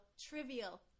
Trivial